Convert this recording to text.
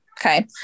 Okay